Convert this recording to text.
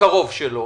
קרוב שלו,